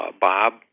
Bob